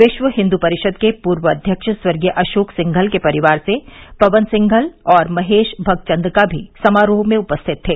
विश्व हिन्द् परिषद के पूर्व अध्यक्ष स्वर्गीय अशोक सिंघल के परिवार से पवन सिंघल और महेश भगचंदका भी समारोह में उपस्थित थे